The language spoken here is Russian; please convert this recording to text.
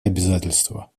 обязательства